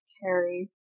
carrie